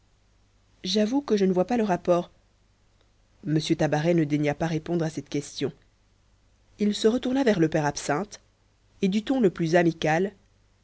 j'avoue que je ne vois pas le rapport m tabaret ne daigna pas répondre à cette question il se retourna vers le père absinthe et du ton le plus amical